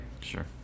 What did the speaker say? Sure